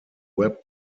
web